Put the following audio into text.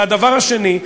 והדבר השני,